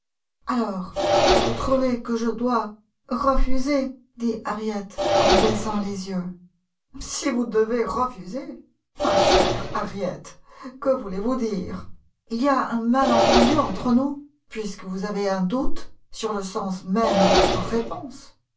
alors vous trouvez que je dois refuser dit harriet en baissant les yeux si vous devez refuser ma chère harriet que voulez-vous dire il y a un malentendu entre nous puisque vous avez un doute sur le sens même de votre réponse